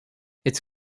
it’s